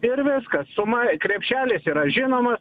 ir viskas suma krepšelis yra žinomas